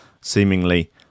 Seemingly